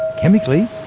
chemically,